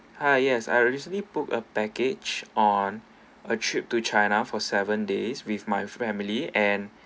hi yes I recently booked a package on a trip to china for seven days with my family and